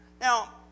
Now